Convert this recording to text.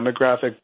demographic